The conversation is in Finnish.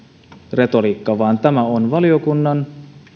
retoriikka vaan tämä on valiokunnan